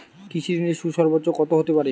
কৃষিঋণের সুদ সর্বোচ্চ কত হতে পারে?